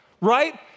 right